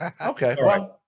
Okay